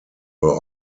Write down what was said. were